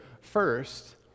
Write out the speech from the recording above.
First